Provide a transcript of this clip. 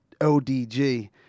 ODG